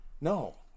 No